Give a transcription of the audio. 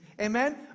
Amen